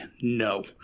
no